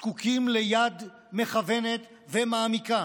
זקוקים ליד מכוונת ומעמיקה